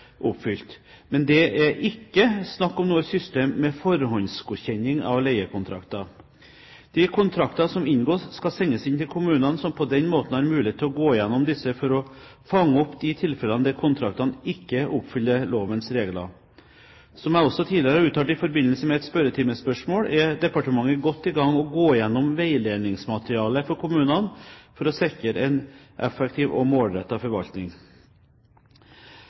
oppfylt. Men det er ikke snakk om noe system med forhåndsgodkjenning av leiekontrakter. De kontrakter som inngås, skal sendes inn til kommunene, som på den måten har mulighet til å gå gjennom disse for å fange opp de tilfellene der kontraktene ikke oppfyller lovens regler. Som jeg også tidligere har uttalt i forbindelse med et spørretimespørsmål, er departementet godt i gang med å gå gjennom veiledningsmaterialet for kommunene for å sikre en effektiv og målrettet forvaltning.